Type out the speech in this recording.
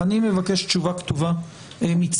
אני מבקש תשובה כתובה מצה"ל.